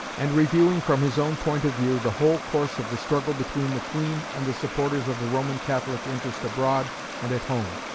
and reviewing from his own point of view the whole course of the struggle between the queen and the supporters of the roman catholic interest abroad and at home.